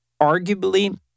Arguably